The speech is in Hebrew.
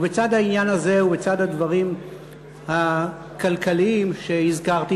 ובצד העניין הזה ובצד הדברים הכלכליים שהזכרתי,